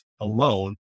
alone